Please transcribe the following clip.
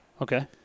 Okay